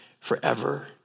forever